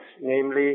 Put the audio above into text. namely